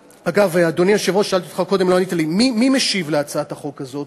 אדוני היושב-ראש, מי משיב על הצעת החוק הזאת?